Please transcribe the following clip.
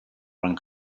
run